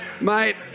Mate